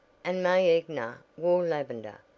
and may egner wore lavender,